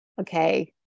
okay